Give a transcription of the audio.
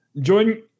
join